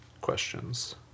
questions